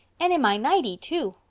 and in my nighty too.